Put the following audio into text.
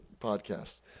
podcast